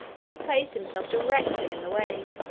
but he placed himself directly in the way,